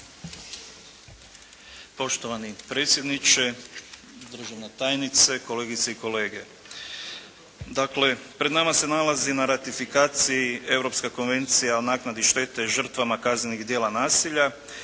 Poštovani predsjedniče, državna tajnice, kolegice i kolege. Dakle, pred nama se nalazi na ratifikaciji Europska konvencija o naknadi štete žrtvama kaznenih djela nasilja